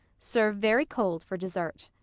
serve very cold for dessert.